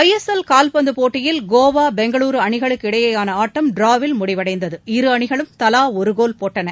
ஐ S L காவ்பந்து போட்டியில் கோவா பெங்களூரு அணிகளுக்கிடையேயான ஆட்டம் டிராவில் முடிவடைந்தது இரு அணிகளும் தலா ஒரு கோல் போட்டன